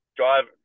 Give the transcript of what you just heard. drive